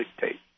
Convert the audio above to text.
dictate